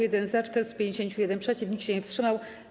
1 - za, 451 - przeciw, nikt się nie wstrzymał.